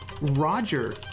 Roger